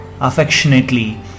affectionately